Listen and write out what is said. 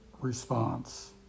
response